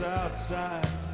outside